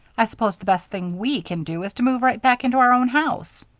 i suppose the best thing we can do is to move right back into our own house.